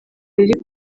riri